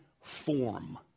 form